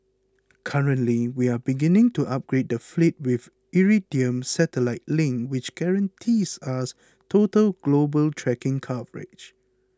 currently we are beginning to upgrade the fleet with the Iridium satellite link which guarantees us total global tracking coverage